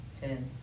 Ten